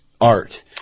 art